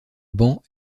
banc